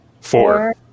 four